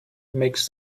makes